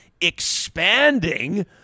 Expanding